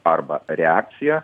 arba reakciją